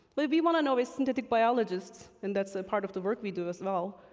what we wanna know as synthetic biologists, and that's a part of the work we do as well,